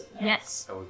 Yes